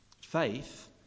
Faith